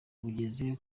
ugeze